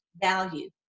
value